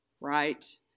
right